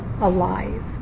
alive